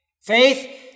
Faith